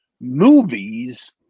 movies